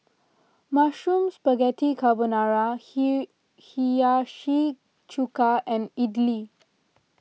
Mushroom Spaghetti Carbonara He Hiyashi Chuka and Idili